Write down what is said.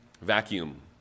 vacuum